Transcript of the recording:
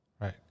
Right